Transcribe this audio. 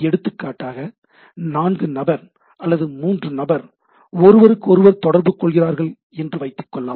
எடுத்துக்காட்டாக 4 நபர் அல்லது 3 நபர் ஒருவருக்கொருவர் தொடர்பு கொள்கிறார்கள் என்று வைத்துக் கொள்ளலாம்